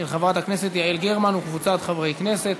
של חברת הכנסת יעל גרמן וקבוצת חברי הכנסת.